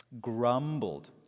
grumbled